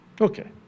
Okay